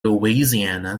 louisiana